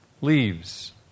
leaves